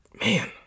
Man